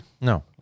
No